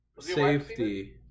Safety